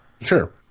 Sure